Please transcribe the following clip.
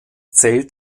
zählt